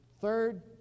third